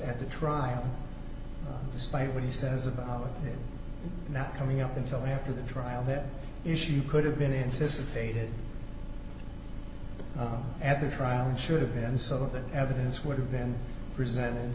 at the trial despite what he says about not coming up until after the trial that issue could have been anticipated at the trial and should have been so that evidence would have been presented